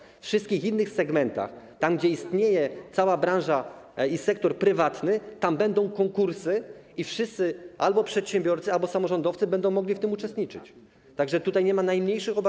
W przypadku wszystkich innych segmentów, tam gdzie istnieje cała branża i sektor prywatny, będą konkursy i wszyscy - albo przedsiębiorcy, albo samorządowcy - będą mogli w tym uczestniczyć, tak że co do tego nie ma najmniejszych obaw.